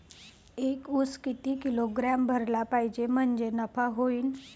एक उस किती किलोग्रॅम भरला पाहिजे म्हणजे नफा होईन?